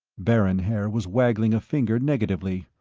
baron haer was waggling a finger negatively.